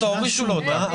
הורישו לו אותה.